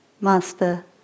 Master